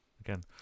again